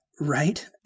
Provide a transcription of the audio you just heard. Right